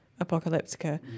Apocalyptica